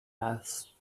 asked